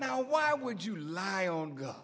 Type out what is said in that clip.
now why would you lie own go